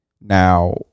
Now